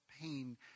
pain